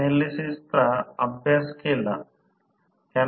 तर नंतर T 3ω S S v 2r2 मिळेल हे समीकरण 41 आहे